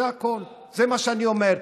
זה הכול, זה מה שאני אומר.